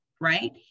right